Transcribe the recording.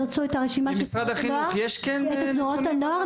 ממשרד החינוך יש כן נתונים?